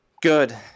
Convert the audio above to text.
Good